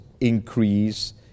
increase